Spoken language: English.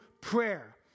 prayer